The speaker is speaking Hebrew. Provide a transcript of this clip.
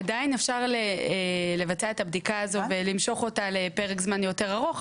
עדיין אפשר לבצע את הבדיקה הזו ולמשוך אותה לפרק זמן יותר ארוך,